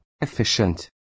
efficient